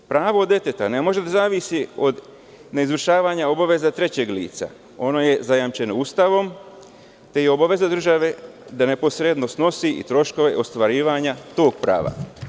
Pravo deteta ne može da zavisi od izvršavanja obaveza trećeg lica, jer ono je zajamčeno Ustavom, gde je obaveza države da neposrednost snosi i troškove ostvarivanja tog prava.